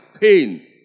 pain